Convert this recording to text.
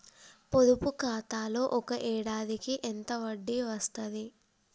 పొదుపు ఖాతాలో ఒక ఏడాదికి ఎంత వడ్డీ వస్తది?